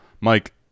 Mike